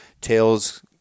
tails